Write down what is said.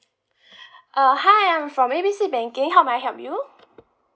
uh hi I'm from A B C banking how may I help you